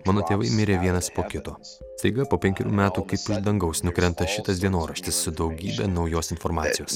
mano tėvai mirė vienas po kito staiga po penkerių metų kaip iš dangaus nukrenta šitas dienoraštis su daugybe naujos informacijos